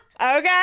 okay